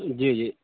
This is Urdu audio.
جی جی